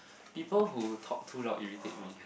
people who talk too loud irritate me